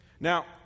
Now